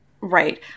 right